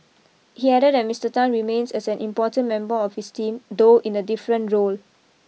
he added that Mister Tan remains an important member of his team though in a different role